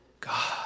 God